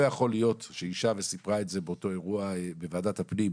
אישה סיפרה על אותו אירוע בוועדת הפנים,